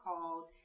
called